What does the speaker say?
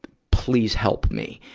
please help me.